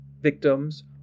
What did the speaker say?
victims